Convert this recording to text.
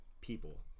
people